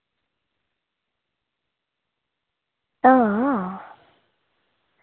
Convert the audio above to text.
हां